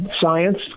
science